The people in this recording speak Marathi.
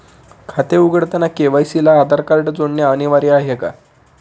खाते उघडताना के.वाय.सी ला आधार कार्ड जोडणे अनिवार्य आहे का?